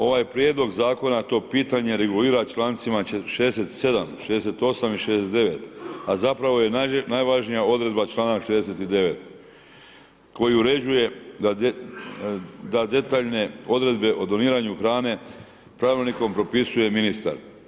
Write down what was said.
Ovaj Prijedlog Zakona to pitanje regulira člancima 67., 68. i 69., a zapravo je najvažnija odredba čl. 69. koji uređuje da detaljne odredbe o doniranju hrane pravilnikom propisuje ministar.